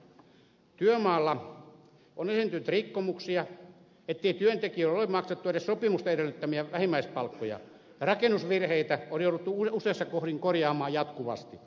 työmaalla on esiintynyt rikkomuksia ettei työntekijöille ole maksettu edes sopimusten edellyttämiä vähimmäispalkkoja ja rakennusvirheitä on jouduttu useissa kohdin korjaamaan jatkuvasti